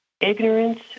ignorance